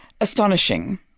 astonishing